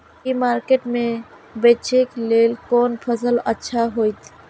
ई market में बेचेक लेल कोन फसल अच्छा होयत?